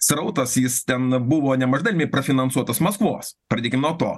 srautas jis ten buvo nemaža dalimi prafinansuotas maskvos pradėkim nuo to